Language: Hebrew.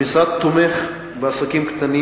המשרד תומך בעסקים קטנים